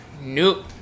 Nope